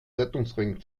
rettungsring